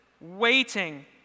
waiting